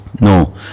No